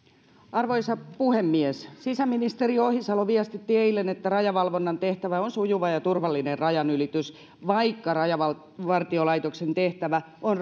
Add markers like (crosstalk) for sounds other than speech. arvoisa puhemies sisäministeri ohisalo viestitti eilen että rajavalvonnan tehtävä on sujuva ja turvallinen rajanylitys vaikka rajavartiolaitoksen tehtävä on (unintelligible)